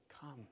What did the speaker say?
come